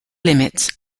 limits